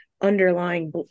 underlying